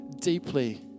deeply